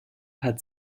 hat